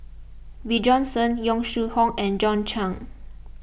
Bjorn Shen Yong Shu Hoong and John Clang